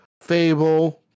Fable